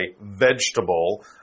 vegetable